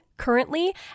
currently